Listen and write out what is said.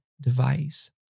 device